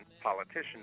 politician